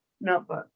notebook